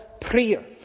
prayer